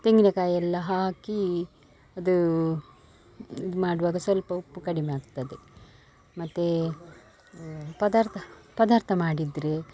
ತೆಂಗಿನ ಕಾಯಿಯೆಲ್ಲ ಹಾಕಿ ಅದು ಮಾಡುವಾಗ ಸ್ವಲ್ಪ ಉಪ್ಪು ಕಡಿಮೆ ಆಗ್ತದೆ ಮತ್ತು ಪದಾರ್ಥ ಪದಾರ್ಥ ಮಾಡಿದ್ರೆ